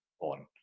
on